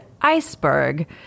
iceberg